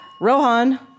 Rohan